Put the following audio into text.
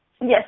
yes